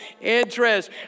interest